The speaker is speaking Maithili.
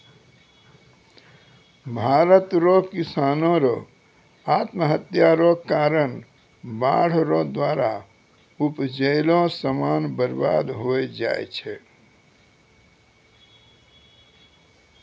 भारत रो किसानो रो आत्महत्या रो कारण बाढ़ रो द्वारा उपजैलो समान बर्बाद होय जाय छै